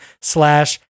slash